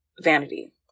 vanity